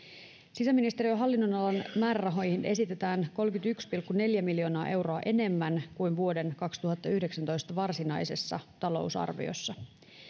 sisäministeriön hallinnonalan määrärahoihin esitetään kolmekymmentäyksi pilkku neljä miljoonaa euroa enemmän kuin vuoden kaksituhattayhdeksäntoista varsinaisessa talousarviossa